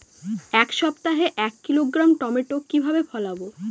এক সপ্তাহে এক কিলোগ্রাম টমেটো কিভাবে ফলাবো?